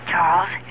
Charles